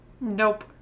Nope